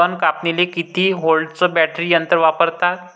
तन कापनीले किती व्होल्टचं बॅटरी यंत्र वापरतात?